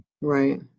Right